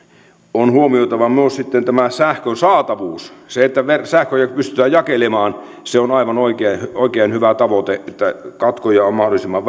on huomioitava myös sitten tämä sähkön saatavuus se että sähköä pystytään jakelemaan on on aivan oikein oikein hyvä tavoite että katkoja on mahdollisimman